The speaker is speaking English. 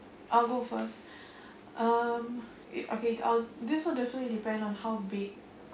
I'll go first um it okay um this one definitely depends on how big